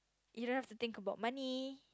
you don't have to think about money